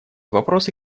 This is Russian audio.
вопросы